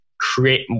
create